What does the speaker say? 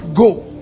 go